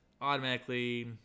automatically